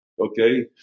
okay